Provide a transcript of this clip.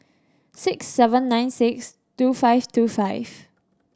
six seven nine six two five two five